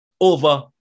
over